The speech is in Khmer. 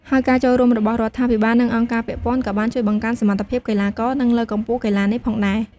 ហើយការចូលរួមរបស់រដ្ឋាភិបាល និងអង្គការពាក់ព័ន្ធក៏បានជួយបង្កើនសមត្ថភាពកីឡាករ និងលើកកម្ពស់កីឡានេះផងដែរ។